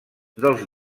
dels